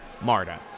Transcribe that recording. Marta